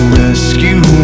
rescue